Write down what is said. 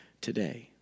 today